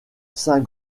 saint